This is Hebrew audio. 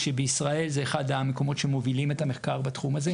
כשישראל זה אחד המקומות שמובילים את המחקר בתחום הזה.